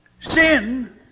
sin